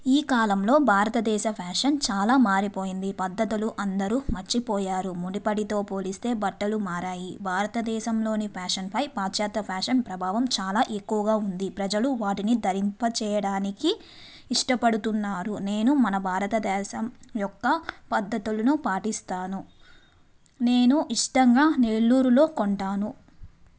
ఈ కాలంలో భారతదేశ ఫ్యాషన్ చాలా మారిపోయింది పద్ధతులు అందరూ మర్చిపోయారు ముడిపడితో పోలిస్తే బట్టలు మారాయి భారతదేశంలోని ఫ్యాషన్పై పాశ్చ్యాత ఫ్యాషన్ ప్రభావం చాలా ఎక్కువగా ఉంది ప్రజలు వాటిని ధరింపచేయడానికి ఇష్టపడుతున్నారు నేను మన భారతదేశం యొక్క పద్ధతులును పాటిస్తాను నేను ఇష్టంగా నెల్లూరులో కొంటాను